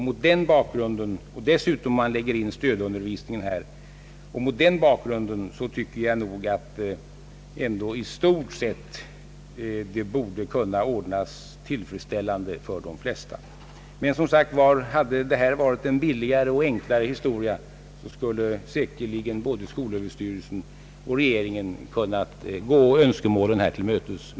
Mot den bakgrunden — och dessutom om man lägger in stödundervisningen här — tycker jag att denna sak i stort sett borde kunna ordnas på ett tillfredsställande sätt för de flesta. Som sagt, om detta hade varit en billigare och enklare historia, skulle säkerligen både skolöverstyrelsen och regeringen kunnat gå önskemålen till mötes.